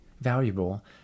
valuable